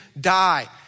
die